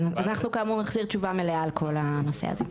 אז אנחנו כאמור נחזיר תשובה מלאה על כל הנושא הזה.